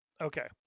Okay